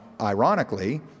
ironically